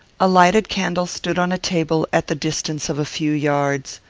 a lighted candle stood on a table, at the distance of a few yards.